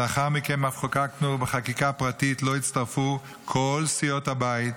שלאחר מכן אף חוקקנו בחקיקה פרטית שלה הצטרפו כל סיעות הבית,